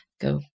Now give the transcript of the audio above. Go